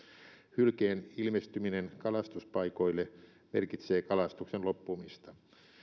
hylkeen ilmestyminen kalastuspaikoille merkitsee kalastuksen loppumista